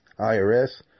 IRS